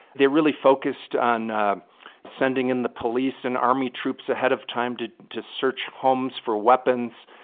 they really focused on sending in the police and army troops ahead of time to to search homes for weapons,